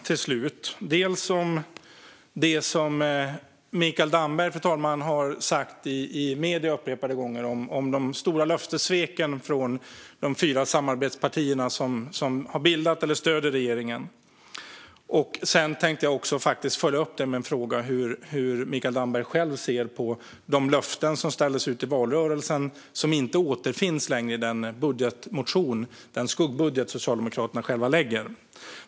Dels handlar det om det Mikael Damberg sagt i medierna upprepade gånger om de stora löftessveken från de fyra samarbetspartierna som har bildat eller stöder regeringen, dels om en uppföljning i form av en fråga om hur Mikael Damberg ser på de löften som utställdes i valrörelsen men som inte längre återfinns i den budgetmotion eller skuggbudget som Socialdemokraterna själva lägger.